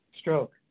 stroke